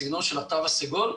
בסגנון של התו הסגול.